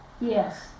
Yes